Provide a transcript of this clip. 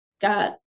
got